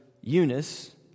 Eunice